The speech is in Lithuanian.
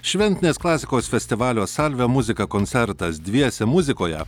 šventinės klasikos festivalio salve muzika koncertas dviese muzikoje